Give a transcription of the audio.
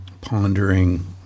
pondering